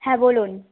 হ্যাঁ বলুন